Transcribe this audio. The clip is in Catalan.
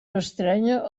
estrènyer